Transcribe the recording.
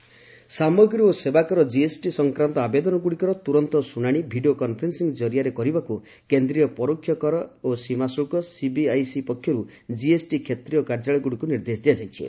GST appeal cases ସାମାଗ୍ରୀ ଓ ସେବା କର ଜିଏସ୍ଟି ସଂକ୍ରାନ୍ତ ଆବେଦନଗୁଡ଼ିକର ତୁରନ୍ତ ଶୁଣାଣି ଭିଡ଼ିସ କନ୍ଫରେନ୍ସିଂ ଜରିଆରେ କରିବାକୁ କେନ୍ଦ୍ରୀୟ ପରୋକ୍ଷ କର ଓ ସୀମା ଶୁଳ୍କ ସିବିଆଇସି ପକ୍ଷରୁ ଜିଏସ୍ଟି କ୍ଷେତ୍ରୀୟ କାର୍ଯ୍ୟାଳୟଗୁଡ଼ିକୁ ନିର୍ଦ୍ଦେଶ ଦିଆଯାଇଛି